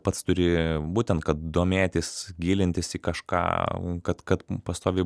pats turi būtent kad domėtis gilintis į kažką kad kad pastoviai